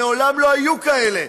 הם מעולם לא היו כאלה,